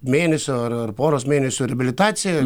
mėnesio ar ar poros mėnesių reabilitacija